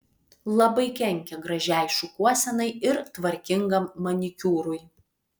labai kenkia gražiai šukuosenai ir tvarkingam manikiūrui